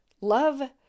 Love